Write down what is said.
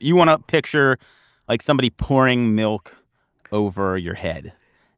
you want a picture like somebody pouring milk over your head